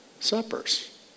suppers